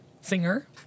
singer